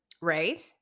Right